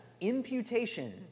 imputation